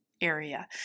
area